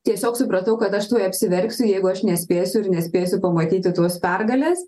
tiesiog supratau kad aš tuoj apsiverksiu jeigu aš nespėsiu ir nespėsiu pamatyti tuos pergalės